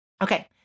Okay